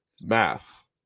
math